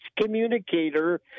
communicator